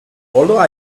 although